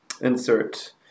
insert